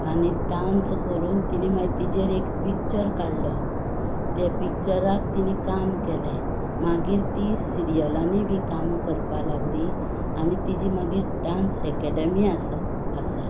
आनी डांस करून तिणी मागीर तिजेर एक पिक्चर काडलो त्या पिक्चराक तिणें काम केलें मागीर ती सिरियलांनी बी कामां करपाक लागलीं आनी तिजी मागीर डांस एकाडेमी आसा